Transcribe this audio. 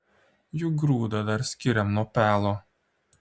juk grūdą dar skiriam nuo pelo